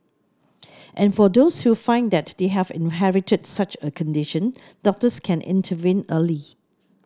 and for those who find that they have inherited such a condition doctors can intervene early